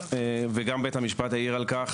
וגם בית המשפט העיר על כך